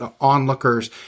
Onlookers